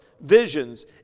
visions